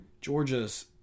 Georgia's